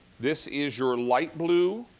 this is your light blue,